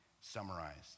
summarized